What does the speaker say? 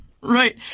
Right